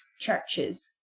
churches